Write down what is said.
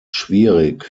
schwierig